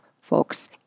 folks